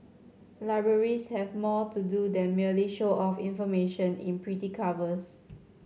libraries have more to do than merely show off information in pretty covers